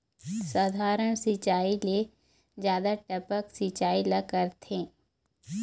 साधारण सिचायी ले जादा टपक सिचायी ला करथे